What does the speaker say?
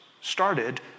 started